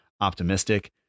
optimistic